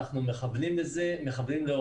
אנחנו מכוונים להורדה,